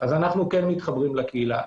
אז אנחנו כן מתחברים לקהילה.